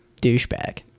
Douchebag